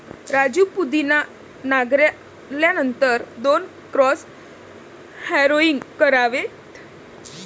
राजू पुदिना नांगरल्यानंतर दोन क्रॉस हॅरोइंग करावेत